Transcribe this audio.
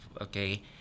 okay